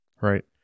Right